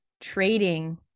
trading